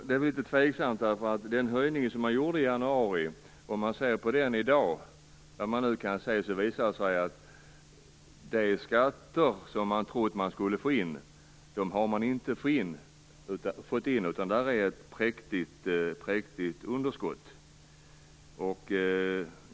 Det visar sig i dag att den höjning som gjordes i januari inte har inneburit att man har fått in de skatter man trodde att man skulle få, utan det är ett präktigt underskott där.